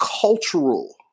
cultural